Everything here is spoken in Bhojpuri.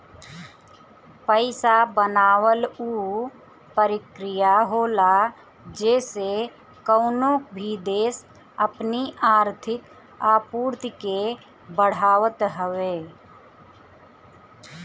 पईसा बनावल उ प्रक्रिया होला जेसे कवनो भी देस अपनी आर्थिक आपूर्ति के बढ़ावत हवे